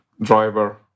driver